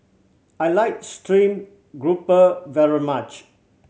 I like stream grouper very much